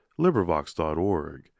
LibriVox.org